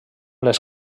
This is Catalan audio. les